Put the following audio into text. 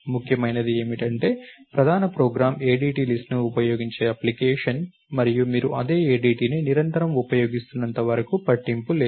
ముఖ్యమైనది ఏమిటంటే ప్రధాన ప్రోగ్రామ్ ADT లిస్ట్ ను ఉపయోగించే అప్లికేషన్ మరియు మీరు అదే ADTని నిరంతరం ఉపయోగిస్తున్నంత వరకు పట్టింపు లేదు